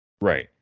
right